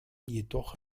jedoch